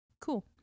cool